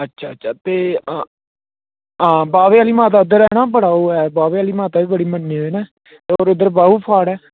अच्छा अच्छा ते बाह्वे आली माता उद्धर है नां बड़ा ओह् ऐ बाह्वे आली माता बी बड़े मन्ने दे नां होर उद्धर बाहू फोर्ट ऐ